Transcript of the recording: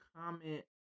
comment